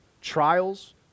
trials